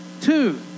two